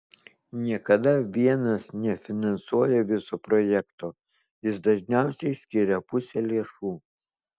niekada vienas nefinansuoja viso projekto jis dažniausiai skiria pusę lėšų